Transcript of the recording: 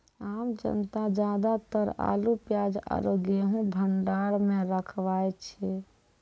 आम जनता ज्यादातर आलू, प्याज आरो गेंहूँ भंडार मॅ रखवाय छै